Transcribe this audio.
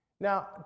Now